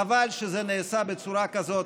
חבל שזה נעשה בצורה כזאת,